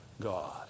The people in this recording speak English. God